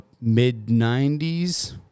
mid-90s